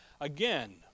Again